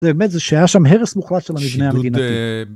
זה באמת זה שהיה שם הרס מוחלט של המבנה המדינתי. שידוד...